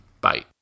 bye